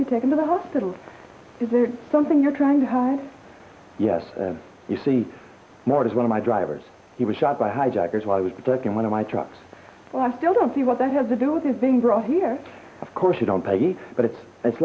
be taken to the hospital is there something you're trying to hide yes you see more is one of my drivers he was shot by hijackers while i was protecting one of my trucks i still don't see what that has to do with it being brought here of course you don't pay either but it's it's